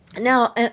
Now